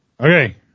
okay